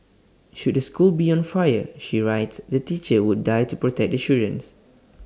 should the school be on fire she writes the teacher would die to protect the children